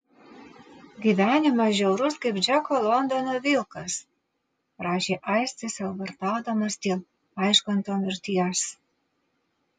gyvenimas žiaurus kaip džeko londono vilkas rašė aistis sielvartaudamas dėl vaižganto mirties